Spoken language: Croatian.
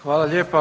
Hvala lijepa.